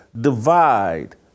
divide